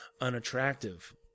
unattractive